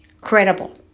credible